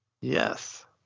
Yes